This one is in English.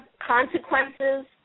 consequences